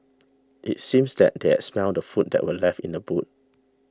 it seems that they had smelt the food that were left in the boot